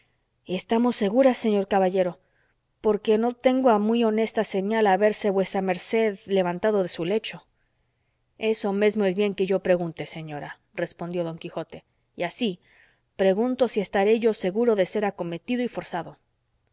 estamos seguras señor caballero porque no tengo a muy honesta señal haberse vuesa merced levantado de su lecho eso mesmo es bien que yo pregunte señora respondió don quijote y así pregunto si estaré yo seguro de ser acometido y forzado